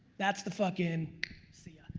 that's the fuckin' see ya,